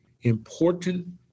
important